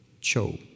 Cho